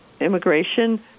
immigration